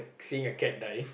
seeing a cat die